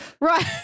Right